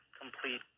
complete